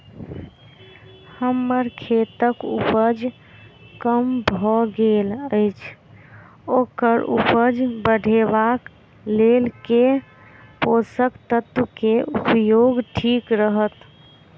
हम्मर खेतक उपज कम भऽ गेल अछि ओकर उपज बढ़ेबाक लेल केँ पोसक तत्व केँ उपयोग ठीक रहत?